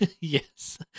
Yes